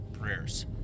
prayers